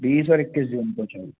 बीस और इक्कीस जून को चाहिए